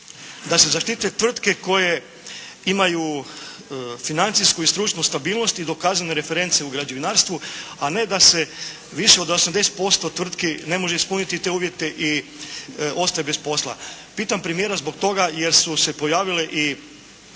da se zaštite tvrtke koje imaju financijsku i stručnu stabilnost i dokazane reference u građevinarstvu, a ne da se više od 80% tvrtki ne može ispuniti te uvjete i ostaje bez posla. Pitam premijera zbog toga jer su se pojavile i